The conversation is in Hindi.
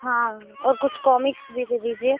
हाँ और कुछ कॉमिक्स भी दे दीजिए